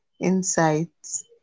insights